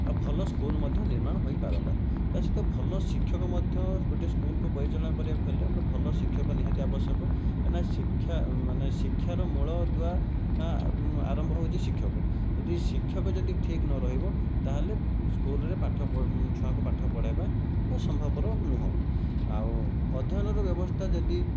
ଆଉ ଭଲ ସ୍କୁଲ ମଧ୍ୟ ନିର୍ମାଣ ହୋଇପାରନ୍ତା ତା ସହିତ ଭଲ ଶିକ୍ଷକ ମଧ୍ୟ ଗୋଟିଏ ସ୍କୁଲକୁ ପରିଚାଳନା କରିବାକୁ ହେଲେ ଗୋଟିଏ ଭଲ ଶିକ୍ଷକ ନିହାତି ଆବଶ୍ୟକ କାଇଁନା ଶିକ୍ଷା ମାନେ ଶିକ୍ଷାର ମୂଳଦୁଆ ଆରମ୍ଭ ହେଉଛି ଶିକ୍ଷକ ଯଦି ଶିକ୍ଷକ ଯଦି ଠିକ୍ ନ ରହିବ ତାହେଲେ ସ୍କୁଲରେ ପାଠ ଛୁଆଙ୍କୁ ପାଠ ପଢ଼େଇବା ସମ୍ଭବପର ନୁହଁ ଆଉ ଅଧ୍ୟୟନର ବ୍ୟବସ୍ଥା ଯଦି